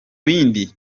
bindi